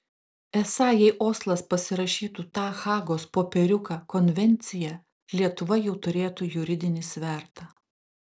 esą jei oslas pasirašytų tą hagos popieriuką konvenciją lietuva jau turėtų juridinį svertą